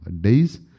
days